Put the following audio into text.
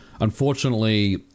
unfortunately